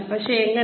അതെ എങ്ങനെ